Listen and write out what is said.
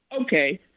okay